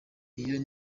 iyo